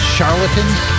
Charlatans